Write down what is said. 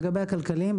לגבי הכלכליים,